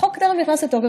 החוק טרם נכנס לתוקף,